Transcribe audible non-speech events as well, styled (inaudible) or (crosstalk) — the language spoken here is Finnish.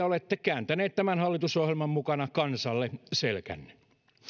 (unintelligible) olette kääntäneet tämän hallitusohjelman mukana kansalle selkänne